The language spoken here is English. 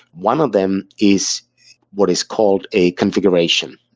one of them is what is called a configuration.